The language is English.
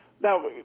Now